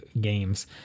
games